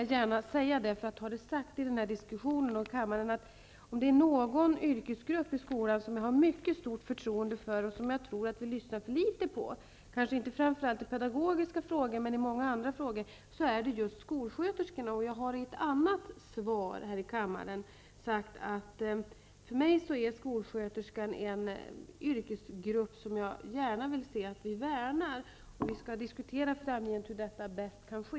Jag vill gärna ha det sagt att om det är någon yrkesgrupp i skolan som jag har mycket stort förtroende för och som vi lyssnar för litet på -- framför allt kanske inte i pedagogiska frågor utan i många andra frågor -- är det just skolsköterskorna. Jag har i ett annat svar här i kammaren sagt att för mig är skolsköterskorna en yrkesgrupp som jag gärna ser att vi värnar om. Vi skall framgent också diskutera hur detta bäst kan ske.